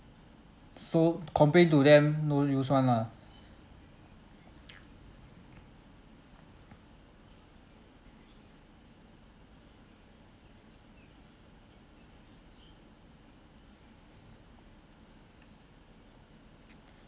so complain to them no use one lah